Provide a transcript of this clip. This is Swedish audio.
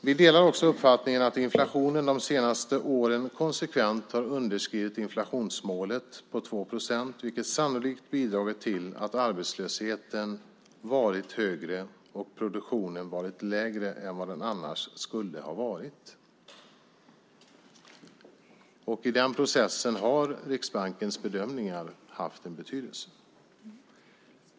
Vi delar uppfattningen att inflationen de senaste åren konsekvent har underskridit inflationsmålet på 2 procent, vilket sannolikt bidragit till att arbetslösheten varit högre och produktionen varit lägre än vad den annars skulle ha varit. I den processen har Riksbankens bedömningar haft en betydelse.